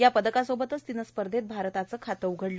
या पदकासोबतच तिनं स्पर्धेत भारताचं खातं उघडलं